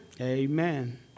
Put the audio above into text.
Amen